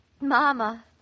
Mama